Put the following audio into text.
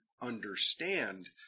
understand